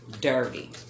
dirty